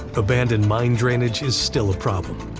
abandoned mine drainage is still a problem.